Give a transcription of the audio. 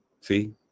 See